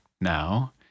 now